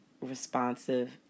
responsive